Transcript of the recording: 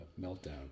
meltdown